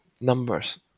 numbers